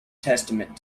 testament